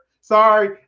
sorry